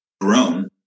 grown